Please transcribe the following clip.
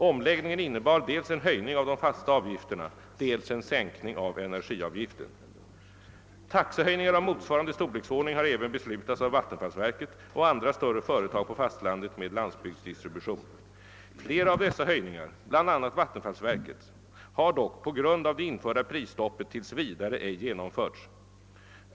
Omläggningen innebar dels en höjning av de fasta avgifterna, dels en sänkning av energiavgiften. Taxehöjningar av motsvarande storleksordning har även beslutats av vattenfallsverket och andra större företag på fastlandet med landsbygdsdistribution. Flera av dessa höjningar, bl.a. vattenfallsverkets, har dock på grund av det införda prisstoppet tills vidare ej genomförts.